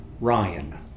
Ryan